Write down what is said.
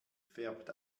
färbt